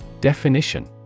Definition